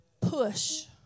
Push